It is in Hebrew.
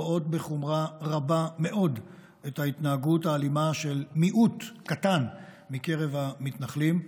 רואים בחומרה רבה מאוד את ההתנהגות האלימה של מיעוט קטן מקרב המתנחלים,